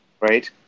right